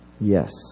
yes